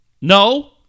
No